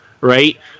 right